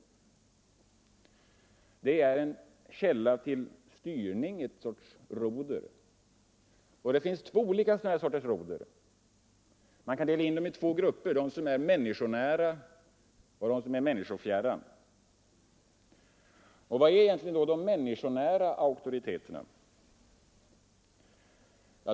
Det är en källa till styrning, en sorts roder. Det finns två olika sorters roder. Man kan dela in dem i två grupper, dem som är människonära och dem som är människofjärran. Vad är egentligen då de människonära auktoriteterna?